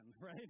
right